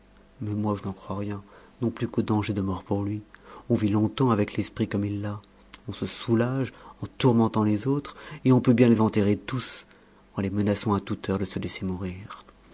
mais moi je n'en crois rien non plus qu'au danger de mort pour lui on vit longtemps avec l'esprit fait comme il l'a on se soulage en tourmentant les autres et on peut bien les enterrer tous en les menaçant à toute heure de se laisser mourir